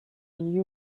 you